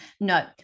no